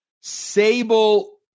Sable